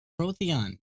Protheon